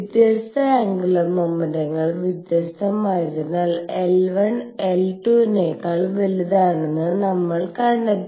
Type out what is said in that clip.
വ്യത്യസ്ത ആന്ഗുലർ മോമെന്റങ്ങൾ വ്യത്യസ്തമായതിനാൽ L1 L2 നേക്കാൾ വലുതാണെന്ന് നമ്മൾ കണ്ടെത്തി